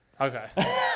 Okay